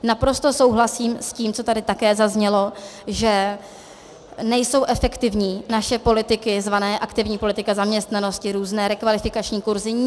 Naprosto souhlasím s tím, co tady také zaznělo, že nejsou efektivní naše politiky zvané aktivní politika zaměstnanosti, různé rekvalifikační kurzy.